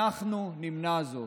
אנחנו נמנע זאת.